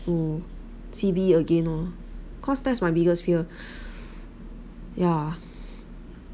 to C_B again lor cause that's my biggest fear yeah